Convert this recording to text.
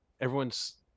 everyone's